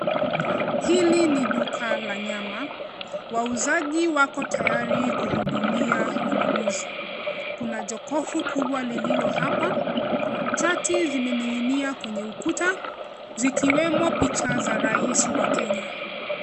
Hili ni duka la nyama. Wauzaji wako tayari kuhudumia wanunuzi. Kuna jokofu kubwa lililo hapa. Shati zimening'inia kwenye ukuta, zikiwemo picha za rais wa Kenya.